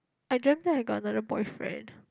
I dreamt that I got another boyfriend